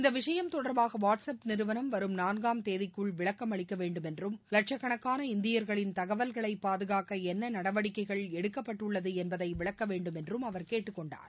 இந்த விஷயம் தொடர்பாக வாட்ஸ் அப் நிறுவனம் வரும் நான்காம் தேதிக்குள் விளக்கமளிக்கவேண்டும் என்றும் லட்சக்கணக்காள இந்தியர்களின் தகவல்களை பாதுகாக்க என்ன நடவடிக்கைகள் எடுக்கப்பட்டுள்ளது என்பதை விளக்கவேண்டும் என்றம் அவர் கேட்டுக்கொண்டுள்ளார்